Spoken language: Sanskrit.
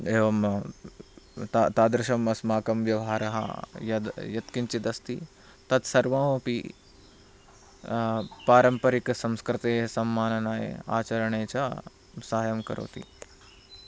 एवं तादृशम् अस्माकं व्यवहारः यद् यत्किञ्चित् अस्ति तत्सर्वमपि पारम्परिकसंस्कृतेः सम्माननाय आचरणे च साहाय्यं करोति